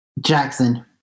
Jackson